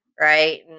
right